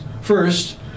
First